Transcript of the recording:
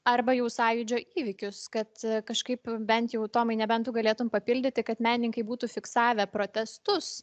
arba jau sąjūdžio įvykius kad kažkaip bent jau tomai nebent tu galėtum papildyti kad menininkai būtų fiksavę protestus